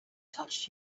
touched